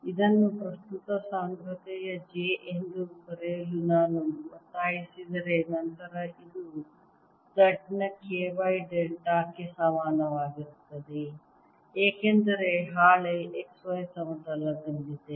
ಇದನ್ನು ಪ್ರಸ್ತುತ ಸಾಂದ್ರತೆಯ j ಎಂದು ಬರೆಯಲು ನಾನು ಒತ್ತಾಯಿಸಿದರೆ ನಂತರ ಇದು z ನ K y ಡೆಲ್ಟಾ ಕ್ಕೆ ಸಮಾನವಾಗಿರುತ್ತದೆ ಏಕೆಂದರೆ ಹಾಳೆ xy ಸಮತಲದಲ್ಲಿದೆ